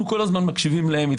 אנחנו כל הזמן מקשיבים להם.